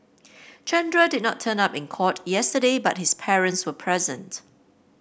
Chandra did not turn up in court yesterday but his parents were present